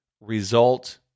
result